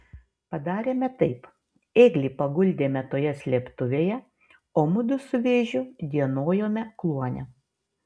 padarėme taip ėglį paguldėme toje slėptuvėje o mudu su vėžiu dienojome kluone